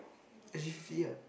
S G free lah